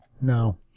No